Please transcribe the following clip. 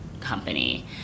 Company